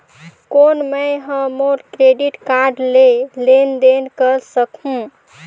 कौन मैं ह मोर क्रेडिट कारड ले लेनदेन कर सकहुं?